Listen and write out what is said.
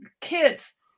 kids